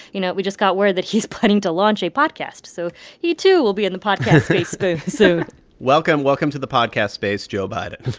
you know, we just got word that he's planning to launch a podcast. so he, too, will be in the podcast space space soon welcome welcome to the podcast space, joe biden.